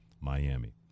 Miami